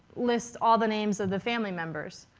lists all the names of the family members.